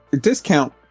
discount